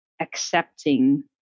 accepting